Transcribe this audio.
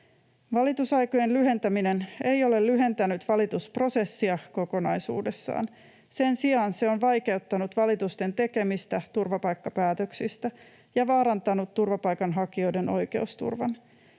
”Valitusaikojen lyhentäminen ei ole lyhentänyt valitusprosessia kokonaisuudessaan. Sen sijaan se on vaikeuttanut valitusten tekemistä turvapaikkapäätöksistä ja vaarantanut turvapaikanhakijoiden oikeusturvan.